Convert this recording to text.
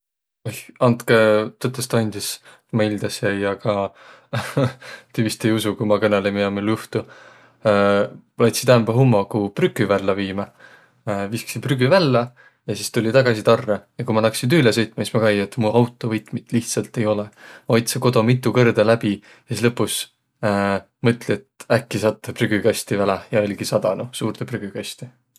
Oih, andkõq tõtõstõ andis, et ma ildas jäi, aga ti vist ei usuq, ku ma kõnõlõ, miä mul juhtu. Lätsi täämbä hummogu prükü vällä viimä, visksi prügü vällä ja sis tulli tagasi tarrõ, ja ku ma naksi tüüle sõitma, sis ma näi, et mu autovõtmit lihtsält ei olõq. Otsõ kodo mitu kõrda läbi ja sis lõpus mõtli, et äkki sattõ prügükasti väläh, ja oll'gi sadanuq suurdõ prügükasti.